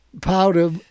powder